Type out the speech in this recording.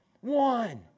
One